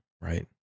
right